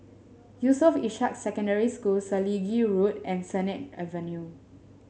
Yusof Ishak Secondary School Selegie Road and Sennett Avenue